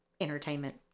entertainment